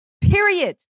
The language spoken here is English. period